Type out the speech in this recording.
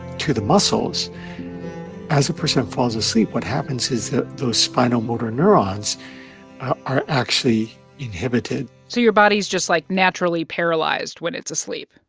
to the muscles as a person falls asleep, what happens is that those spinal motor neurons are actually inhibited so your body's just, like, naturally paralyzed when it's asleep?